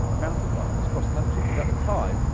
mountain bikers, cross-country. because at the time,